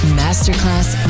masterclass